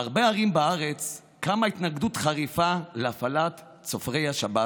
בהרבה ערים בארץ קמה התנגדות חריפה להפעלת צופרי השבת